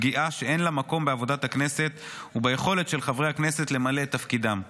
פגיעה שאין לה מקום בעבודת הכנסת וביכולת של חברי הכנסת למלא את תפקידם.